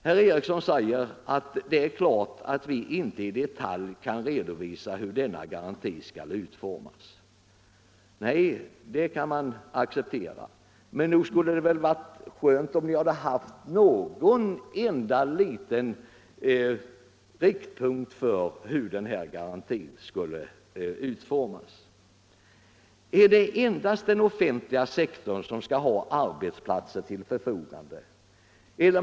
Herr Eriksson i Arvika säger att det är klart att man inte i detalj kan redovisa hur garantin skall utformas. Nej, det kan vi acceptera. Men nog skulle det väl ha varit skönt om vi hade haft någon enda liten riktpunkt för hur den här garantin skall vara utformad. Är det bara den offentliga sektorn som skall ställa arbetsplatser till förfogande?